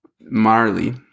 Marley